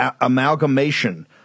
amalgamation